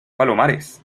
palomares